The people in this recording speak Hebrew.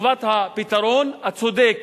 לטובת הפתרון הצודק